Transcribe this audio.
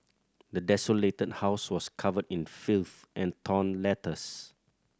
the desolated house was covered in filth and torn letters